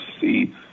see